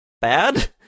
bad